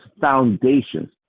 foundations